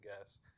guess